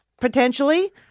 potentially